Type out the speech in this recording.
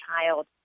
child